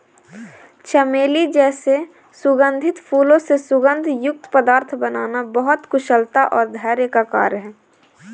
चमेली जैसे सुगंधित फूलों से सुगंध युक्त पदार्थ बनाना बहुत कुशलता और धैर्य का कार्य है